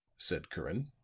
said curran.